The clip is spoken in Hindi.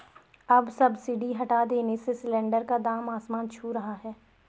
अब सब्सिडी हटा देने से सिलेंडर का दाम आसमान छू रहा है